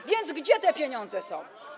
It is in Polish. A więc gdzie te pieniądze są?